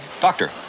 Doctor